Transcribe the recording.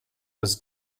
was